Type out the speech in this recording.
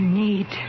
need